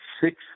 six